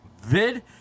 vid